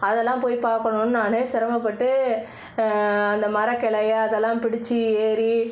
அது எல்லாம் போய் பா பார்க்கணுன்னு நான் சிரமப்பட்டு அந்த மரக்கிளைய அதெல்லாம் பிடித்து ஏறி